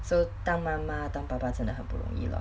so 当妈妈当爸爸真的很不容易 lor